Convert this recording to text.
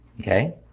Okay